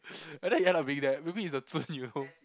and then he end up being there maybe he's a 尊 you know